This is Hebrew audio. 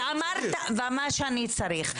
-- ומה שאני צריך",